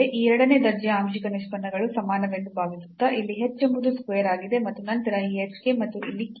ಈ ಎರಡನೇ ದರ್ಜೆಯ ಆಂಶಿಕ ನಿಷ್ಪನ್ನಗಳು ಸಮಾನವೆಂದು ಭಾವಿಸುತ್ತಾ ಇಲ್ಲಿ h ಎಂಬುದು square ಆಗಿದೆ ಮತ್ತು ನಂತರ ಈ hk ಮತ್ತು ಇಲ್ಲಿ k h